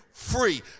free